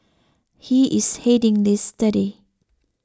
he is heading this study